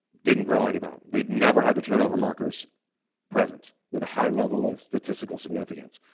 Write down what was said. didn't grow any bone. they had never had the turnover markers present with a high level of statistical significance.